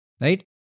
Right